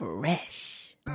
Fresh